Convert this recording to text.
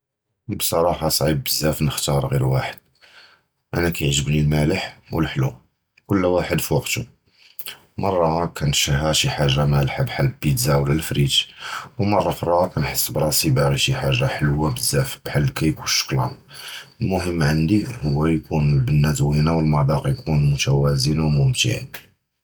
וּבְצַרַאחָה צְעִיב בְזַאפ נַחְתַאר גִיר וַחַד, אָנָא קִיְעַגְ'בְנִי הַמַּאלַח וְהַחְלוּ, כּּול וַחַד פוֹקְתוּ, מַרַה עָד קִנְתְשַהּ שִי חַאגָה מַאלַח בְּחַל הַבִּיתְצָה וְלָא הַפְרִית, וּמַרַה אֻחְרָא קִנְחַס בְרַאסִי בַּאגִי שִי חַאגָה חְלוּה בְזַאפ בְּחַל הַקִּיק וְהַשּׁוֹקּוֹלַאט, הַמֻּهِם עַנְדִי הוּוּ יִקּוּן הַבַּנָּה זְווִינָה וְהַמַּדַאקוּ מְתַווַזְן וּמְמַנְתַע.